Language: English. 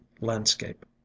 landscape